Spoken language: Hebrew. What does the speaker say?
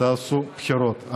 תעשו בחירות.